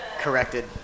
corrected